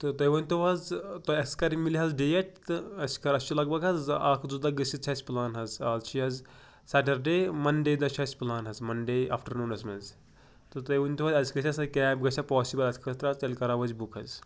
تہٕ تُہۍ ؤنۍ تو حظ تۄہہِ اَسہِ کَر یہِ مِلہِ حظ ڈیٹ تہٕ اَسہِ کَر اَسہِ لگ بگ حظ اکھ زٕ دۄہ گٔژھِتھ چھ اَسہِ پٕلان حظ آز چھِ از حظ سیٹرڈے مَنڈے دۄہ چھُ اَسہِ پٕلان حظ مَنڈے آفٹَررنوٗنَس منٛز تُہۍ ؤنتو حظ اَسہِ گژھیہ سۄ کیب گژھیہ پاسبل اَسہ خٲطرٕ حظ تیٚلہِ کَرو أسۍ بُک حظ